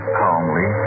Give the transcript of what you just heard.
calmly